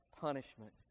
punishment